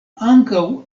ankaŭ